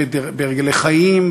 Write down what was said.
בהרגלי חיים,